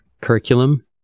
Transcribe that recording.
curriculum